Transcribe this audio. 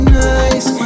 nice